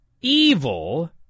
evil